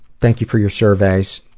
thank you for your surveys.